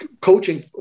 coaching